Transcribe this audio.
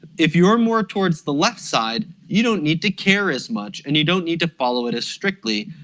if you're more towards the left side you don't need to care as much and you don't need to follow it as strictly,